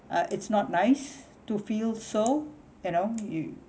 uh it's not nice to feel so you know you